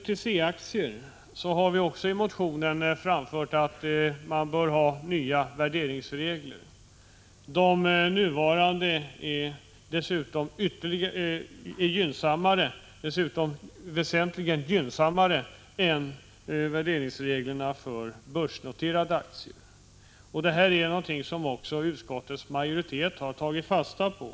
Vi har i motionen framfört att man bör införa nya värderingsregler för OTC-aktier. De nuvarande reglerna är väsentligt gynnsammare än värderingsreglerna för börsnoterade aktier. Detta har även utskottets majoritet tagit fasta på.